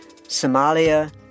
Somalia